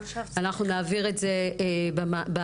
אנחנו נעביר את זה בוועדה.